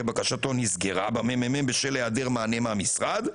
בקשתו נסגרה במ.מ.מ בשל היעדר מענה מהמשרד.